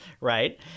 right